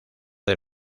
del